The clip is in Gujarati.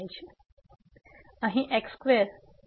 તેથી અહીં x2 અહીં x2 અહીં x x2 છે